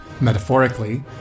Metaphorically